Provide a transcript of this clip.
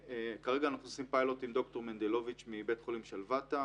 כרגע אנחנו עושים פיילוט עם ד"ר מנדלוביץ' מבית חולים שלוותה.